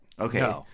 Okay